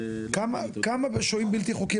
כמה שוהים בלתי חוקקים